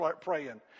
praying